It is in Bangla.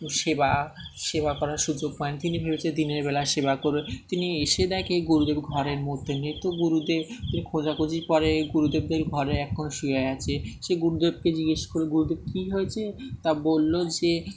সেবা সেবা করার সুযোগ পান তিনি ভেবেছে দিনের বেলা সেবা করে তিনি এসে দেখে গুরুদেব ঘরের মধ্যে নিয়ে তো গুরুদেব তিনি খোঁজাখুঁজি পরে গুরুদেবদের ঘরে এখন শুয়ে আছে সেই গুরুদেবকে জিজ্ঞেস করে গুরুদেব কী হয়েছে তা বললো যে